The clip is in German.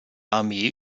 armee